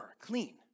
clean